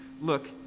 look